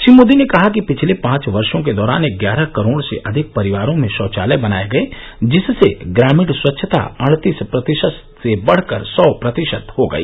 श्री मोदी ने कहा कि पिछले पाँच वर्षो के दौरान ग्यारह करोड से अधिक परिवारों में शौचालय बनाए गए जिससे ग्रामीण स्वच्छता अडतीस प्रतिशत से बढकर सौ प्रतिशत हो गई